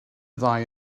ddau